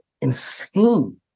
insane